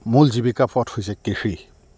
মূল জীৱিকা পথ হৈছে কৃষি